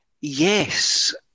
Yes